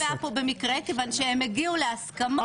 היא לא נקבעה פה במקרה כיוון שהם הגיעו להסכמות.